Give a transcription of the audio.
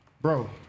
Bro